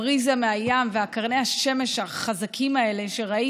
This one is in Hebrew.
הבריזה מהים וקרני השמש החזקות האלה שראיתי,